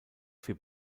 für